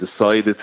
decided